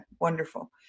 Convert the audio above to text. Wonderful